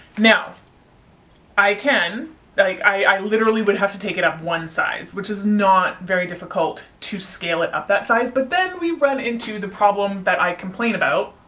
now i can like i, i, literally would have to take it up one size which is not very difficult to scale it up that size. but then we run into the problem that i complain about.